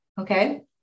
okay